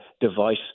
device